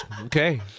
Okay